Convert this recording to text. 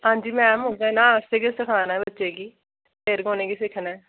हां जी मैम उ'यै ना असें गै सखाना बच्चें गी फेर गै उनें सिक्खना ऐ